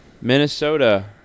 Minnesota